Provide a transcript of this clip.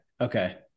Okay